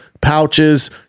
pouches